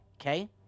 Okay